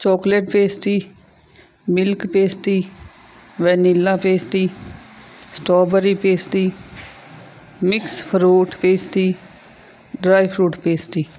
chocolate pastry milk pastry vanilla pastry strawberry pastry mix fruit pastry dry fruit pastry